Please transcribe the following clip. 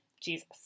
Jesus